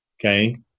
Okay